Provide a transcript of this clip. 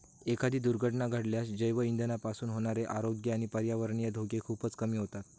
एखादी दुर्घटना घडल्यास जैवइंधनापासून होणारे आरोग्य आणि पर्यावरणीय धोके खूपच कमी होतील